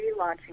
relaunching